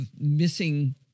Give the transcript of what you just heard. missing